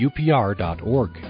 UPR.org